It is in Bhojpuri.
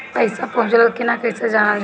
पैसा पहुचल की न कैसे जानल जाइ?